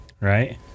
right